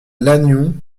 lannion